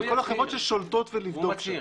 את כל החברות ששולטות ולבדוק שם,